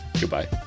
goodbye